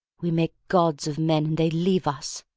we make gods of men and they leave us.